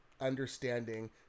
understanding